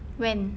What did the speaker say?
when